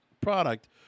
product